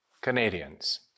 Canadians